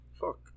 fuck